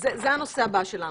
זה הנושא הבא שלנו.